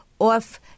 off –